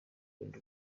kurinda